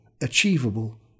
achievable